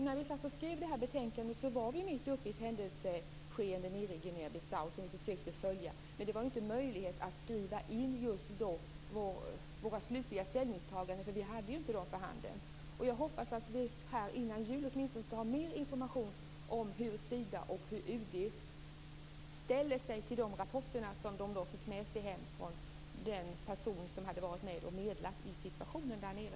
När vi skrev det här betänkandet var det mitt under ett händelseskede nere i Guinea-Bissau som vi försökte följa, men det var inte möjligt att just då skriva in våra slutliga ställningstaganden då vi inte hade dem för handen. Jag hoppas att vi före jul skall ha mer information om hur Sida och UD ställer sig till de rapporter som de fick med sig hem från den person som hade varit med och medlat i situationen där nere.